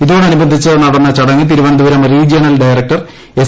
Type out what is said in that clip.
ഇതോടനുബന്ധിച്ച് നടന്ന ചടങ്ങ് തിരുവനന്തപുരം റീജിയണൽ ഡയറക്ടർ എസ്